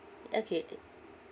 okay